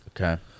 Okay